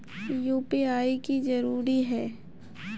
UPI की जरूरी है?